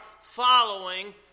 following